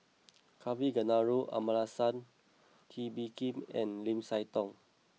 Kavignareru Amallathasan Kee Bee Khim and Lim Siah Tong